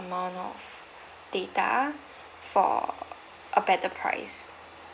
amount of data for a better price